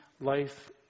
life